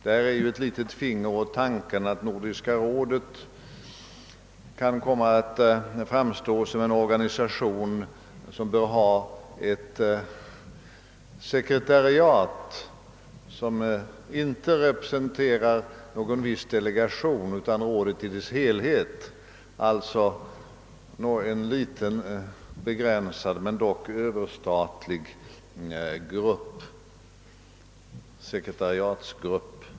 Här ges väl ett litet finger åt tanken att Nordiska rådet kan komma att framstå som en organisation som bör ha ett sekretariat, vilket inte representerar någon viss delegation utan rådet i dess helhet — alltså en »Överstatlig» sekretariatsgrupp.